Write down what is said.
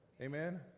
Amen